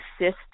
assist